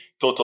Total